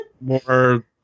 more